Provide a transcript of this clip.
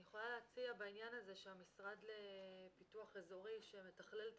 אני רוצה להציע בעניין הזה שהמשרד לפיתוח אזורי שמתכלל את